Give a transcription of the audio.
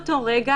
שלום לכולם,